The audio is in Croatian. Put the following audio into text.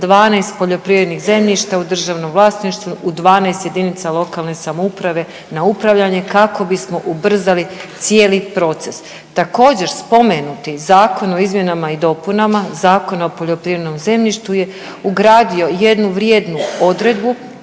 12 poljoprivrednih zemljišta u državom vlasništvu u 12 jedinica lokalne samouprave na upravljanje kako bismo ubrzali cijeli proces. Također, spomenuti Zakon o izmjenama i dopunama Zakona o poljoprivrednom zemljištu je ugradio jednu vrijednu odredbu,